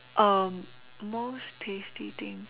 most tasty thing